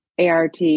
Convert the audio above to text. ART